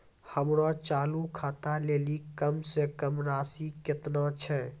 हमरो चालू खाता लेली कम से कम राशि केतना छै?